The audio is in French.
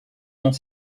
dans